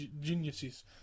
Geniuses